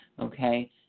Okay